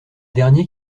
dernier